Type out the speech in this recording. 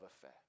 affair